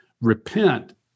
Repent